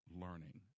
learning